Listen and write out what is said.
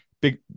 big